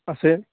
আছে